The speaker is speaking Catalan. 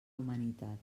humanitat